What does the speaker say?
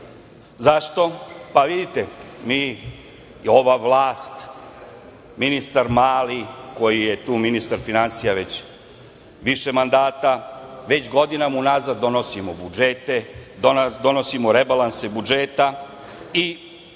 Zašto? Vidite, mi, ova vlast, ministar Mali koji je tu ministar finansija već više mandata, već godinama unazad donosimo budžete, donosimo rebalanse budžeta. Koji